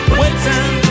waiting